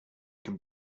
can